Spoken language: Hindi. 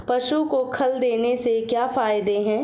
पशु को खल देने से क्या फायदे हैं?